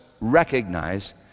recognize